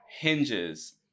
hinges